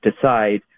decide